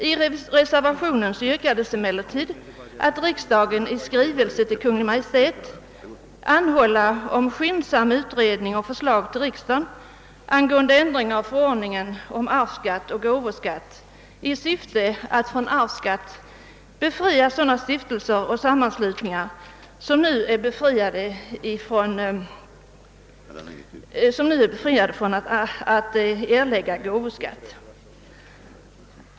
I reservationen yrkades emellertid att riksdagen i skrivelse till Kungl. Maj:t anhåller om skyndsam utredning och förslag till riksdagen angående ändring av förordningen om arvsskatt och gåvoskatt i syfte att från arvsskatt befria sådana stiftelser och sammanslutningar som nu är befriade från att erlägga gåvoskatt.